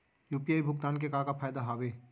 UPI भुगतान के का का फायदा हावे?